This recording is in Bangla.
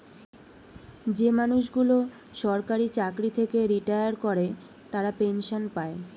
যে মানুষগুলো সরকারি চাকরি থেকে রিটায়ার করে তারা পেনসন পায়